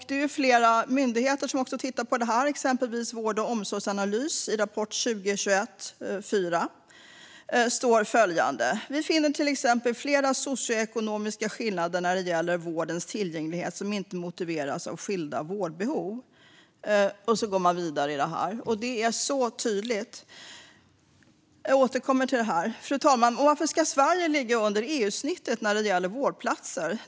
Det är flera myndigheter som tittar på detta, exempelvis Myndigheten för vård och omsorgsanalys. I deras rapport 2021:4 står följande: Vi finner till exempel flera socioekonomiska skillnader när det gäller vårdens tillgänglighet som inte motiveras av skilda vårdbehov. Sedan går de vidare med detta. Detta är så tydligt. Jag återkommer till det. Fru talman! Varför ska Sverige ligga under EU-snittet när det gäller antalet vårdplatser?